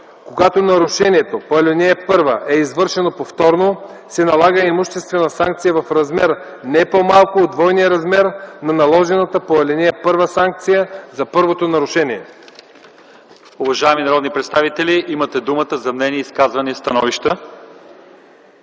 Когато нарушението по ал. 1 е извършено повторно, се налага имуществена санкция в размер не по-малко от двойния размер на наложената по ал. 1 санкция за първото нарушение.”